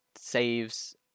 saves